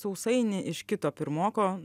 sausainį iš kito pirmoko